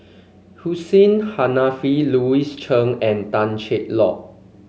Hussein Haniff Louis Chen and Tan Cheng Lock